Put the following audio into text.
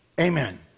amen